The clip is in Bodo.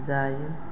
जायो